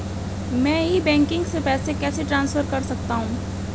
मैं e banking से पैसे कैसे ट्रांसफर कर सकता हूं?